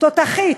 תותחית,